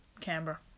Canberra